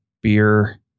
beer